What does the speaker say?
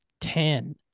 ten